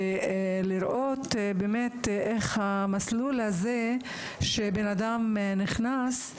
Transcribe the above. לראות את המסלול הזה שאנשים נכנסים אליו.